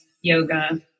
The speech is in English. yoga